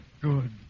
good